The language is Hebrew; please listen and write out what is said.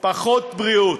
פחות בריאות.